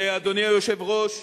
אדוני היושב-ראש,